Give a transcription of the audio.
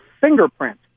fingerprint